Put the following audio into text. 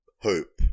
hope